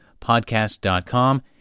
podcast.com